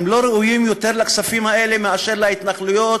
הם לא ראויים לכספים האלה יותר מאשר ההתנחלויות,